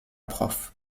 prof